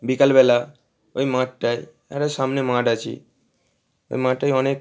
বিকাল বেলায় ওই মাঠটায় একটা সামনে মাঠ আছে ওই মাঠে অনেক